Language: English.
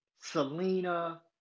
Selena